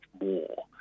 more